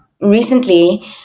recently